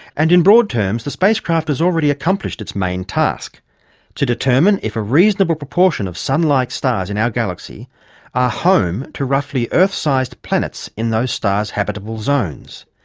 and in broad terms, the spacecraft has already accomplished its main task to determine if a reasonable proportion of sun-like sun-like stars in our galaxy are home to roughly earth-sized planets in those stars' habitable zones,